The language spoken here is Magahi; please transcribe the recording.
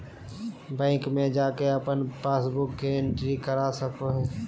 बैंक में जाके अपन पासबुक के एंट्री करा सको हइ